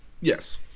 yes